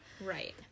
Right